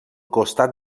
costat